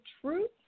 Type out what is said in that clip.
truth